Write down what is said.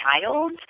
child